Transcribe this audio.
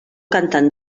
cantant